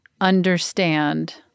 understand